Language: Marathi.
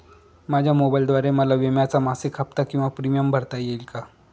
माझ्या मोबाईलद्वारे मला विम्याचा मासिक हफ्ता किंवा प्रीमियम भरता येईल का?